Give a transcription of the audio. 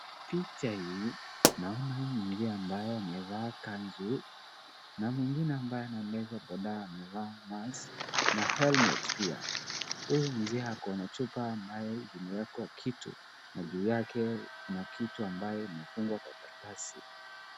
Picha hii naona mzee ambaye amevaa kanzu na mwingine ambaye anaendeshe boda amevaa mask na helmet pia huyu mzee akona chupa ambaye imewekwa kitu na juu yake Kuna kitu ambaye imefungwa Kwa karatasi.